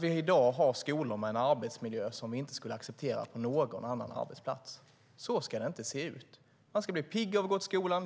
Vi har i dag skolor med en arbetsmiljö som vi inte skulle acceptera på någon annan arbetsplats. Så ska det inte se ut. Man ska vara pigg i skolan.